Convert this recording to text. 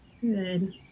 Good